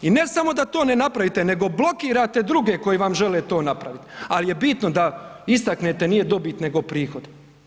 I ne samo da to ne napravite nego blokirate druge koji vam žele to napraviti, ali je bitno da istaknete, nije dobit nego prihod.